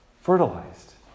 fertilized